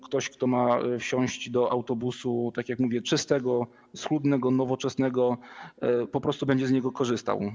Ktoś, kto ma wsiąść do autobusu, tak jak mówię, czystego, schludnego, nowoczesnego, po prostu będzie z niego korzystał.